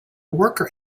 worker